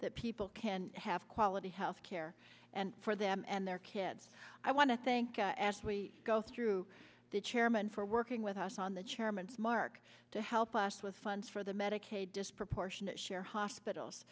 that people can have quality health care and for them and their kids i want to thank as we go through the chairman for working with us on the chairman's mark to help us with funds for the medicaid disproportionate share hospitals